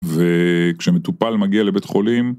וכשמטופל מגיע לבית חולים